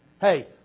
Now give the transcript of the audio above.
Hey